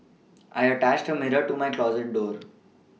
I attached the mirror to my closet door